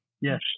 Yes